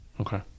okay